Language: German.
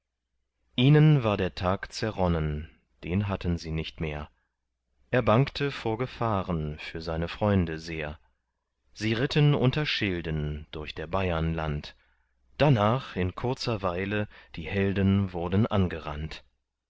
ihnen war der tag zerronnen den hatten sie nicht mehr er bangte vor gefahren für seine freunde sehr sie ritten unter schilden durch der bayern land darnach in kurzer weile die helden wurden angerannt